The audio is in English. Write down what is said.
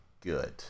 good